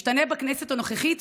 ישתנה בכנסת הנוכחית,